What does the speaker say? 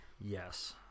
yes